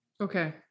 Okay